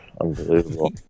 Unbelievable